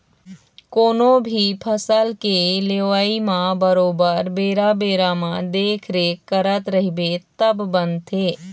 कोनो भी फसल के लेवई म बरोबर बेरा बेरा म देखरेख करत रहिबे तब बनथे